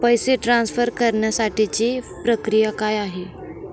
पैसे ट्रान्सफर करण्यासाठीची प्रक्रिया काय आहे?